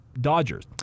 Dodgers